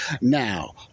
now